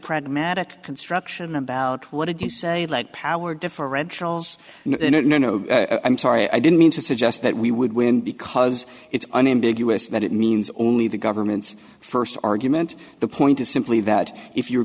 pragmatic construction about what did you say like power differentials no no no i'm sorry i didn't mean to suggest that we would win because it's unambiguous that it means only the government's first argument the point is simply that if you're